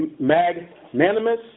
magnanimous